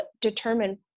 determine